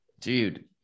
Dude